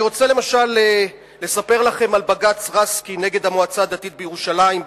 אני רוצה למשל לספר לכם על בג"ץ רסקין נגד המועצה הדתית בירושלים,